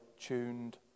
tuned